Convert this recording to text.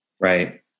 Right